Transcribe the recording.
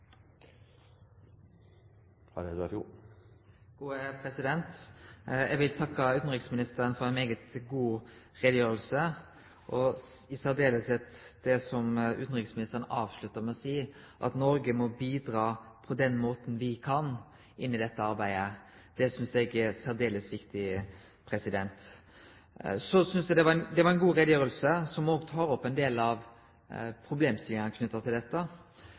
Eg vil takke utanriksministeren for ei svært god utgreiing, og særleg det som utanriksministeren avslutta med å seie, at Noreg må bidra på den måten me kan i dette arbeidet. Det synest eg er særdeles viktig. Så synest eg det var ei god utgreiing som òg tek opp ein del av problemstillingane knytte til dette,